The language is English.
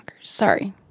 Sorry